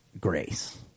grace